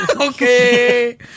Okay